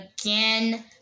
again